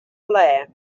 plaer